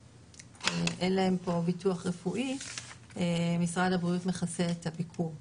פה ביטוח רפואי משרד הבריאות מכסה את הביקור,